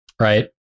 right